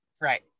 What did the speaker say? right